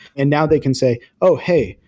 and now they can say, oh, hey.